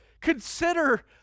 consider